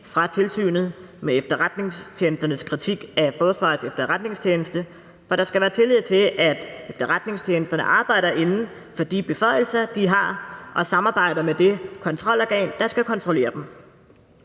fra Tilsynet med Efterretningstjenesterne af Forsvarets Efterretningstjeneste, for der skal være tillid til, at efterretningstjenesterne arbejder inden for de beføjelser, de har, og samarbejder med det kontrolorgan, der skal kontrollere dem.